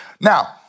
Now